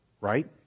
Right